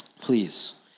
Please